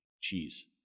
cheese